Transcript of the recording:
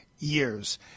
Years